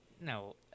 No